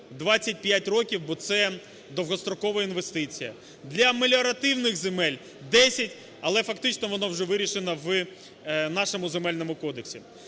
25 років, бо довгострокова інвестиція. Для меліоративних земель – 10, але фактично воно вже вирішено в нашому Земельному кодексі.